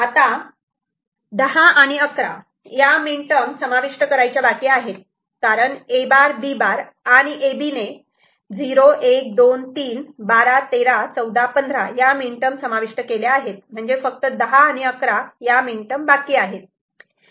आता 10 आणि 11 या मीन टर्म समाविष्ट करायच्या बाकी आहेत कारण A' B' आणि A B ने 0 1 2 3 12 13 14 15 या मीन टर्म समाविष्ट केल्या आहेत म्हणजे फक्त 10 आणि 11 या बाकी आहेत